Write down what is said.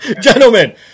gentlemen